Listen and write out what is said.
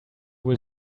will